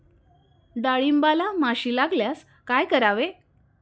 डाळींबाला माशी लागल्यास काय करावे?